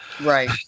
Right